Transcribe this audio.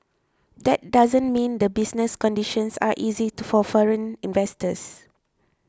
that doesn't mean the business conditions are easy to for foreign investors